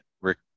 Rick